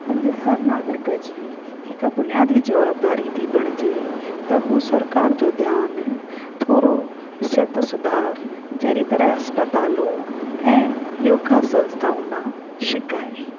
अॼु हर नागरिक जी हिकु बुनियादी जवाबदारी थी बणिजे त हू सरकार जो ध्यानु थोरो सित सुधार जहिड़ी तरह अस्पतालूं ऐं योगा संस्थाऊं न छिकाए